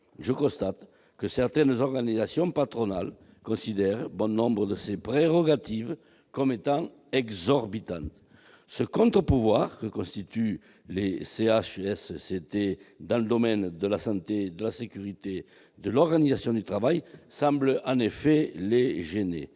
je constate que certaines organisations patronales considèrent bon nombre de ces prérogatives comme exorbitantes. Ce contre-pouvoir que constituent les CHSCT dans le domaine de la santé, de la sécurité, de l'organisation du travail semble en effet les gêner.